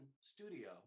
studio